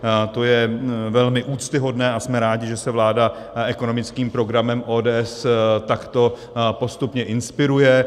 To je velmi úctyhodné a jsme rádi, že se vláda ekonomickým programem ODS takto postupně inspiruje.